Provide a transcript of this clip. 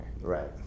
Right